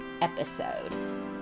episode